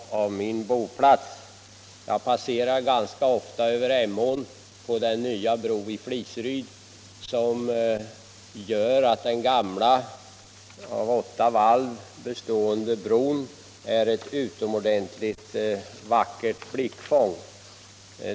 Jag passerar ganska ofta över Emån på den nya bron i Fliseryd varifrån den gamla av åtta valv bestående bron är ett utomordentligt vackert blickfång.